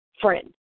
friend